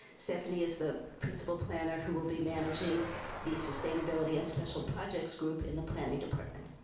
stephanie is the principal planner who will be managing the sustainability and special projects group in the planning department.